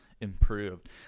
improved